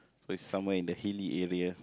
somewhere in the hilly area